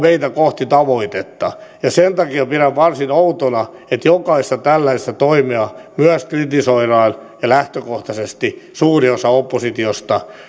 meitä kohti tavoitetta sen takia pidän varsin outona että jokaista tällaista toimea myös kritisoidaan ja lähtökohtaisesti suuri osa oppositiosta